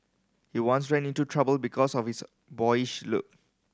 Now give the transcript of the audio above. he once ran into trouble because of his boyish look